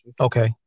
Okay